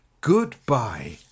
Goodbye